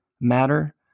matter